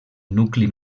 nucli